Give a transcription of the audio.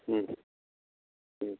ହୁଁ ହୁଁ